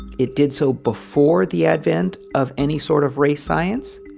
it did so before the advent of any sort of race science,